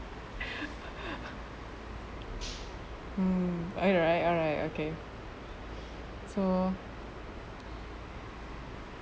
mm alright alright so